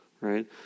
right